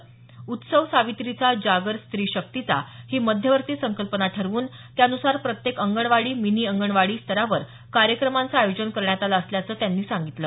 उत्सव सावित्रीचा जागर स्त्री शक्तीचा ही मध्यवर्ती संकल्पना ठरवून त्यानुसार प्रत्येक अंगणवाडी मिनी अंगणवाडी स्तरावर कार्यक्रमांचं आयोजन करण्यात आलं असल्याचं त्यांनी सांगितलं